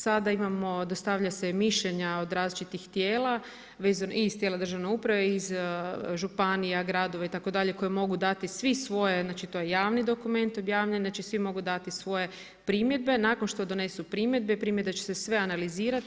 Sada imamo, dostavlja se mišljenja od različitih tijela iz tijela državne uprave, iz županija, gradova, itd. koje mogu dati svi svoje, znači to je javni dokument objavljen, znači svi mogu dati svoje primjedbe, nakon što donesu primjedbe, primjedbe će se sve analizirati.